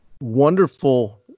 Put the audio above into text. wonderful